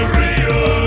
real